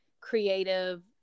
creative